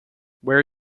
where